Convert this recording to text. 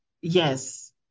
yes